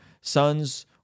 sons